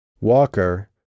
Walker